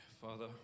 Father